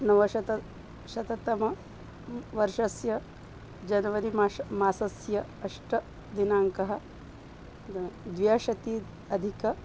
नवशतशतमवर्षस्य जनवरिमाश मासस्य अष्टमदिनाङ्कः द्व्यशीति अधिक